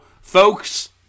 Folks